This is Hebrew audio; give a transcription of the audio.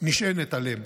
נשענת עליהם.